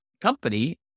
company